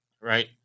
right